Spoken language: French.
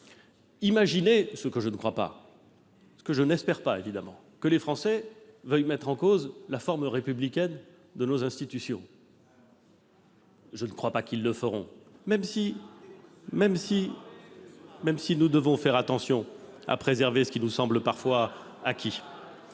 Imaginez- j'espère que ce ne sera pas le cas, évidemment -que les Français veuillent remettre en cause la forme républicaine de nos institutions. Je ne crois pas qu'ils le feront, même si nous devons faire attention à préserver ce qui nous semble parfois acquis.